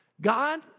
God